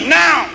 now